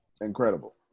Incredible